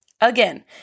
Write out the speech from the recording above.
Again